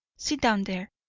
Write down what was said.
sit down there!